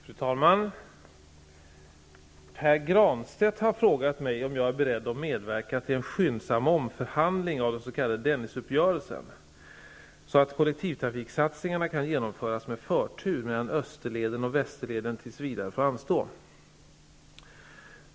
Fru talman! Pär Granstedt har frågat mig om jag är beredd att medverka till en skyndsam omförhandling av den s.k. Dennisuppgörelsen så att kollektivtrafiksatsningarna kan genomföras med förtur, medan Österleden och Västerleden tills vidare får anstå.